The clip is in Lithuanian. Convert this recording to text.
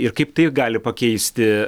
ir kaip tai gali pakeisti